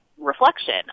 reflection